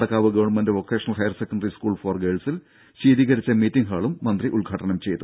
Nadakkavu government vocational higher secondary school for ഗേൾസിൽ ശീതീകരിച്ച meeting ഹാളും മന്ത്രി ഉദ്ഘാടനം ചെയ്തു